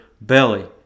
belly